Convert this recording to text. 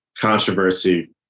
Controversy